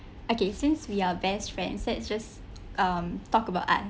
okay since we are best friends so let's just um talk about us